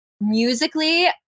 musically